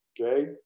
okay